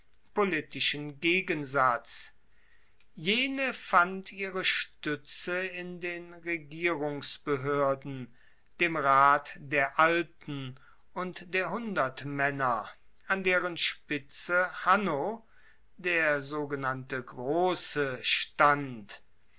politischen gegensatz jene fand ihre stuetze in den regierungsbehoerden dem rat der alten und der hundertmaenner an deren spitze hanno der sogenannte grosse stand